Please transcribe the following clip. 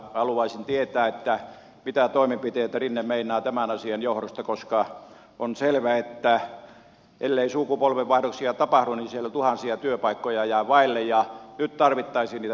haluaisin tietää mitä toimenpiteitä rinne meinaa tämän asian johdosta koska on selvä että ellei sukupolvenvaihdoksia tapahdu niin siellä tuhansia työpaikkoja jää vaille ja nyt tarvittaisiin nimenomaan niitä työpaikkoja